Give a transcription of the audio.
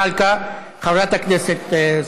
ומאז יום-יום הוא מעיף מהמפלגה כל גורם אנטישמי,